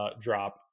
drop